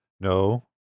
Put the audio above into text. No